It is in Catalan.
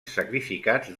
sacrificats